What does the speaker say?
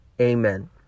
Amen